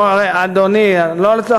הוא דיבר